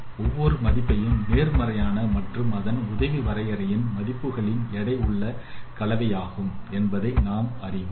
ஒவ்வொரு மதிப்போம் நேர்மறையான மற்றும் அதன் உதவி வரையறையின் மதிப்புகளின் எடை உள்ள கலவையாகும் என்பதை நாம் அறிவோம்